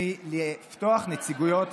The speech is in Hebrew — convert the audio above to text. מלפתוח נציגויות